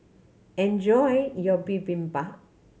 enjoy your Bibimbap